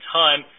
time